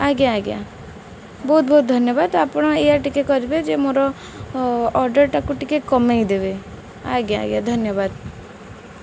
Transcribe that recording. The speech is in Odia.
ଆଜ୍ଞା ଆଜ୍ଞା ବହୁତ ବହୁତ ଧନ୍ୟବାଦ ଆପଣ ଏଇୟା ଟିକେ କରିବେ ଯେ ମୋର ଅର୍ଡ଼ର୍ଟାକୁ ଟିକେ କମେଇ ଦେବେ ଆଜ୍ଞା ଆଜ୍ଞା ଧନ୍ୟବାଦ